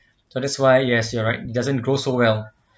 so that's why yes you are right doesn't grow so well